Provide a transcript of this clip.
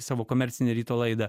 savo komercinę ryto laidą